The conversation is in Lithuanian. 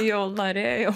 jau norėjau